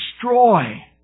destroy